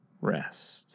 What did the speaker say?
rest